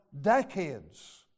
decades